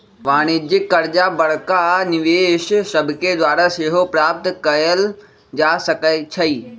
वाणिज्यिक करजा बड़का निवेशक सभके द्वारा सेहो प्राप्त कयल जा सकै छइ